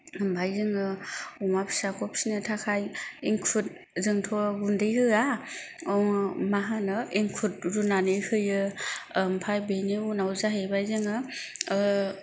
ओमफाय जोङो अमा फिसाखौ फिसिनो थाखाय एंखुर जोंथ' गुन्दै होआ मा होनो एंखुर रुनानै होयो ओमफाय बेनि उनाव जाहैबाय जोङो